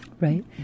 Right